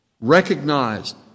Recognized